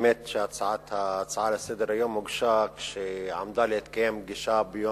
האמת שההצעה לסדר-היום הוגשה כשעמדה להתקיים פגישה בפעם הראשונה,